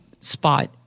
spot